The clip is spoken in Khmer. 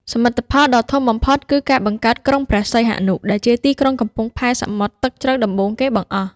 សមិទ្ធផលដ៏ធំបំផុតគឺការបង្កើតក្រុងព្រះសីហនុ ដែលជាទីក្រុងកំពង់ផែសមុទ្រទឹកជ្រៅដំបូងគេបង្អស់។